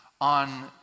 on